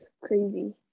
crazy